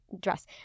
dress